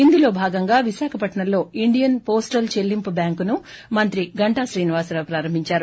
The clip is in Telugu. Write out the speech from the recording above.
ఇందులో భాగంగా విశాఖపట్న ంలో ఇండియన్ పోస్టల్ చెల్లింపు బ్యాంకు ను మంత్రి గంటా శ్రీనివాసరావు ప్రారంభించారు